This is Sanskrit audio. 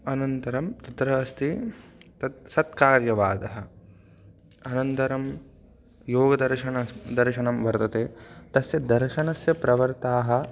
अनन्तरं तत्र अस्ति तत् सत्कार्यवादः अनन्तरं योगदर्शनं दर्शनं वर्तते तस्य दर्शनस्य प्रवक्ता